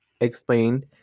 explained